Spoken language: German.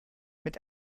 mit